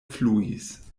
fluis